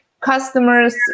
customers